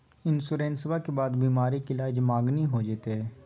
इंसोरेंसबा के बाद बीमारी के ईलाज मांगनी हो जयते?